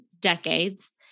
decades